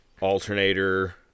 alternator